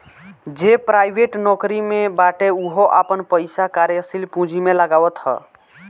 जे प्राइवेट नोकरी में बाटे उहो आपन पईसा कार्यशील पूंजी में लगावत हअ